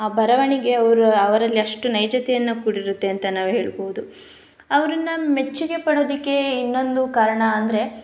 ಆ ಬರವಣಿಗೆ ಅವರು ಅವರಲ್ಲಿ ಅಷ್ಟು ನೈಜತೆಯನ್ನು ಕೂಡಿರುತ್ತೆ ಅಂತ ನಾವು ಹೇಳ್ಬೋದು ಅವ್ರನ್ನ ಮೆಚ್ಚುಗೆ ಪಡೋದಕ್ಕೇ ಇನ್ನೊಂದು ಕಾರಣ ಅಂದರೆ